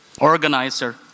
organizer